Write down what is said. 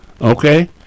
okay